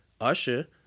Usher